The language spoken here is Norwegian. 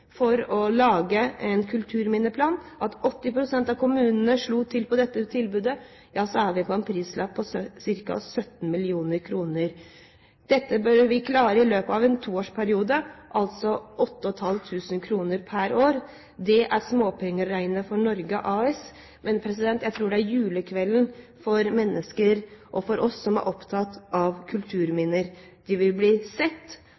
for å lage en kulturminneplan, og 80 pst. av kommunene slår til på dette tilbudet, og da har vi en prislapp på ca. 17 mill. kr. Dette bør vi klare i løpet av en toårsperiode. Det blir 8,5 mill. kr per år. Det er småpenger å regne for Norge AS, men jeg tror det er julekvelden for alle oss som er opptatt av kulturminner. Hvert kulturminne vil bli sett,